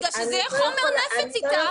בגלל שזה יהיה חומר נפץ איתך.